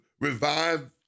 revive